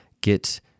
get